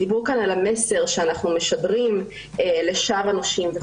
דיברו כאן על המסר שאנחנו משדרים לשאר הנושים.